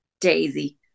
Daisy